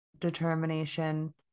determination